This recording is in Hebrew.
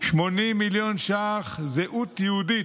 80 מיליון ש"ח, זהות יהודית.